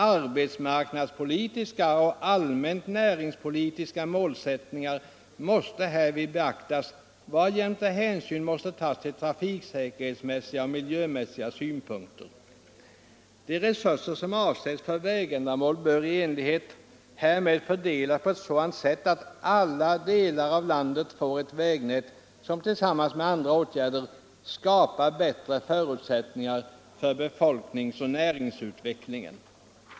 Arbetsmarknadspolitiska och allmänt näringspolitiska målsättningar måste härvid beaktas, varjämte hänsyn måste tas till trafikmässiga och miljömässiga synpunkter. De resurser som avsetts för vägändamål bör i enlighet härmed fördelas på ett sådant sätt att alla delar av landet får ett vägnät som tillsammans med andra åtgärder skapar bättre förutsättningar för befolkningsoch näringsutvecklingen.